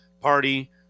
party